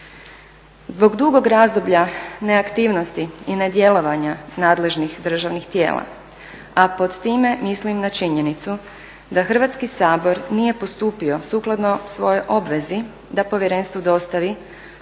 Zbog dugog razdoblja neaktivnosti i nedjelovanja nadležnih državnih tijela, a pod time mislim na činjenicu da Hrvatski sabor nije postupio sukladno svojoj obvezi da Povjerenstvu dostavi